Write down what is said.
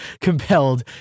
compelled